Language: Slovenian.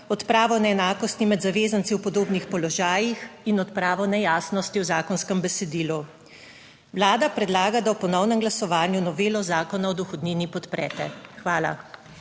odpravo neenakosti med zavezanci v podobnih položajih in odpravo nejasnosti v zakonskem besedilu. Vlada predlaga, da ob ponovnem glasovanju novelo Zakona o dohodnini podprete. Hvala.